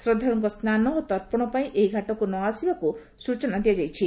ଶ୍ରଦ୍ଧାଳୁଙ୍କ ସ୍ନାନ ଓ ତର୍ପଶ ପାଇଁ ଏହି ଘାଟକୁ ନଆସିବାକୁ ସୂଚନା ଦିଆଯାଇଛି